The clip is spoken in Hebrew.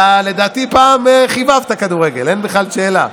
לדעתי, אתה פעם חיבבת כדורגל, ואין בכלל שאלה.